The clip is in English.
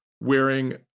wearing